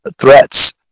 threats